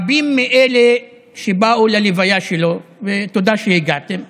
רבים מאלה שבאו ללוויה שלו, ותודה שהגעתם,